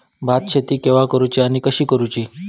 भात शेती केवा करूची आणि कशी करुची?